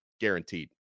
guaranteed